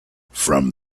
from